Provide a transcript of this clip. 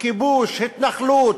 כיבוש, התנחלות.